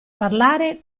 parlare